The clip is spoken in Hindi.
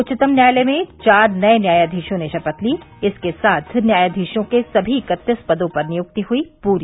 उच्चतम न्यायालय में चार नये न्यायाधीशों ने शपथ ली इसके साथ न्यायाधीशों के सभी इक्कतीस पदों पर नियुक्ति हुई पूरी